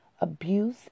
abuse